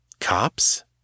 Cops